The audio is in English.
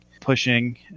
pushing